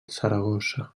saragossa